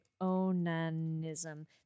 onanism